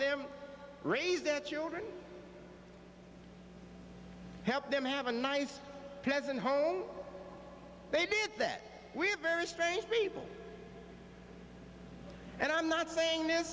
them raise their children help them have a nice pleasant home they did that we're very strange people and i'm not saying this